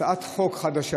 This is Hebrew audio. הצעת חוק חדשה